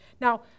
Now